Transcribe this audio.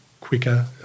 quicker